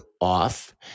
off